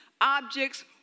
objects